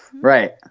right